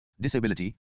disability